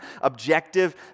objective